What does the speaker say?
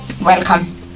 welcome